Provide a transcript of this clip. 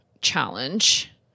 challenge